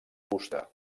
fusta